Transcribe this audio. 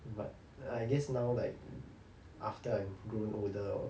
its like I guess now like after I grown older or